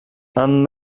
and